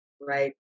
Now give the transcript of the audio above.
right